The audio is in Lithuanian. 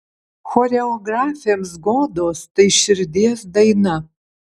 choreografėms godos tai širdies daina